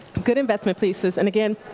good investment pieces. and again,